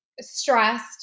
stressed